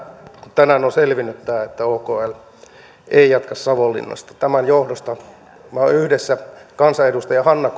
tänään on selvinnyt tämä että okl ei jatka savonlinnassa tämän johdosta olen yhdessä kansanedustaja hanna